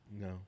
No